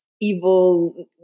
evil